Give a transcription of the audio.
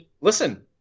listen